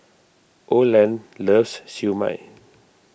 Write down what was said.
Oland loves Siew Mai